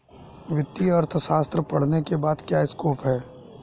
वित्तीय अर्थशास्त्र पढ़ने के बाद क्या स्कोप है?